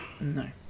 No